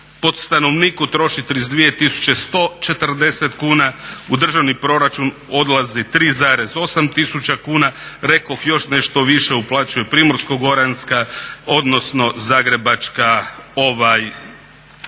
po stanovniku troši 32140 kuna, u državni proračun odlazi 3,8 tisuća kuna, rekoh još nešto više uplaćuje Primorsko-goranska odnosno Zagrebačka